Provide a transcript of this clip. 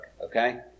okay